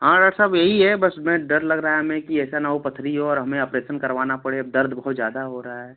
हाँ डाक्ट साहब ये ही है बस हमें डर लग रहा है हमें कि ऐसा ना हो पथरी हो और हमें अपरेसन करवाना पड़े दर्द बहुत ज़्यादा हो रहा है